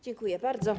Dziękuję bardzo.